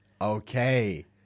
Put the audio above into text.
okay